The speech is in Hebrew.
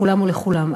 לכולם ולכולן.